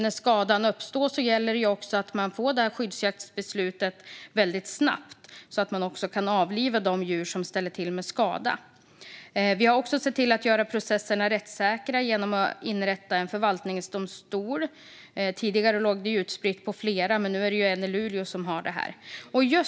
När skadan uppstår gäller det att man får skyddsjaktsbeslutet väldigt snabbt så att man kan avliva de djur som ställer till med skada. Vi har också sett till att göra processerna rättssäkra genom att inrätta en förvaltningsdomstol. Tidigare låg det utspritt på flera, men nu är det en i Luleå som har detta.